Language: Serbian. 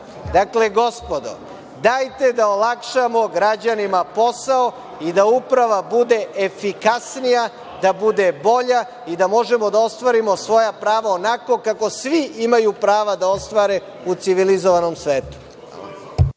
dana. Dakle, gospodo, dajte da olakšamo građanima posao i da uprava bude efikasnija, da bude bolja i da možemo da ostvarimo svoja prava onako kako svi imaju prava da ostvare u civilizovanom svetu.